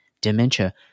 dementia